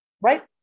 right